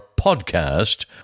podcast